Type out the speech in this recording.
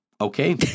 Okay